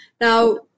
Now